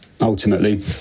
Ultimately